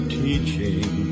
teaching